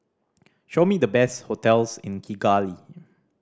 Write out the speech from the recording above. show me the best hotels in Kigali